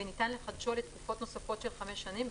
וניתן לחדשו לתקופות נוספות של חמש שנים,